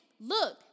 look